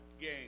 game